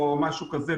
או משהו כזה,